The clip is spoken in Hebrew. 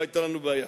לא היתה לנו בעיה.